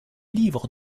livres